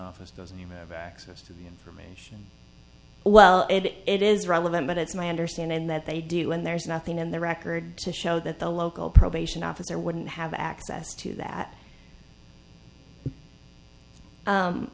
office doesn't even have access to the information well it is relevant but it's my understanding that they do and there's nothing in the record to show that the local probation officer wouldn't have access to that